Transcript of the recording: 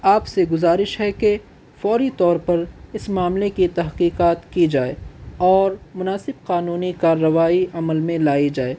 آپ سے گزارش ہے کہ فوری طور پر اس معاملے کی تحقیقات کی جائے اور مناسب قانونی کا روائی عمل میں لائی جائے